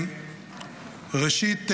ראשית,